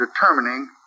determining